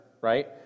right